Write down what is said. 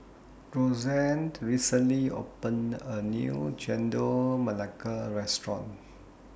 Roseann recently opened A New Chendol Melaka Restaurant